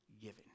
giving